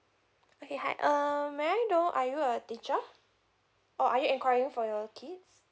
okay hi um may I know are you a teacher or are you enquiring for your kids